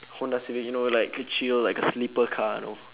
honda civic you know like a chill like a sleeper car you know